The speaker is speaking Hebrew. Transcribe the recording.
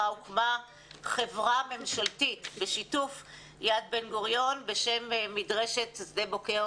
הוקמה חברה ממשלתית בשיתוף יד בן גוריון בשם "מדרשת שדה בוקר"